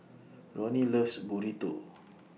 Ronnie loves Burrito